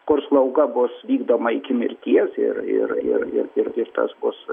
kur slauga bus vykdoma iki mirties ir ir ir ir ir tas bus